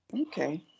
Okay